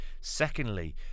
secondly